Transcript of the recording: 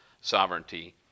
sovereignty